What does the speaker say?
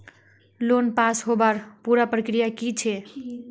Loan pass होबार पुरा प्रक्रिया की छे?